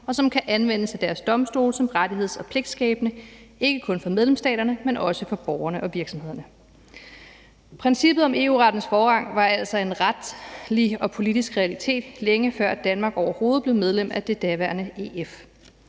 og som kan anvendes i deres domstole som rettigheds- og pligtskabende, ikke kun for medlemsstaterne, men også for borgerne og virksomhederne. Princippet om EU-rettens forrang var altså en retlig og politisk realitet, længe før Danmark overhovedet blev medlem af det daværende EF.